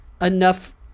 enough